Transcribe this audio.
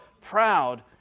proud